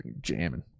jamming